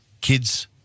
Kids